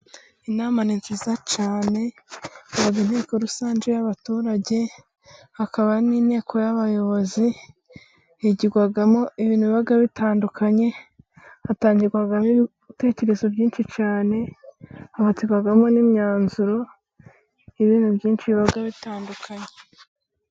Inama ni nziza cyane haba inteko rusange y'abaturage hakaba n'inteko y'abayobozi higirwamo ibintu biba bitandukanye hatangirwamo ibitekerezo byinshi cyane hafatirwamo n'imyanzuro y'ibintu byinshi biba bitandukanye.